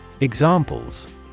Examples